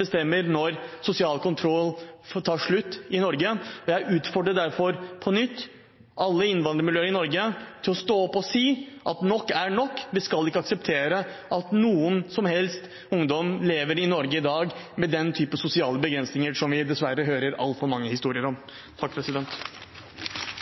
bestemmer når sosial kontroll skal ta slutt i Norge. Jeg utfordrer derfor på nytt alle innvandrermiljøene i Norge til å stå opp og si at nok er nok. Vi skal ikke akseptere at noen ungdommer lever i Norge i dag med den typen sosiale begrensinger som vi dessverre hører altfor mange historier om.